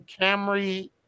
Camry